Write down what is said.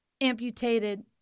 amputated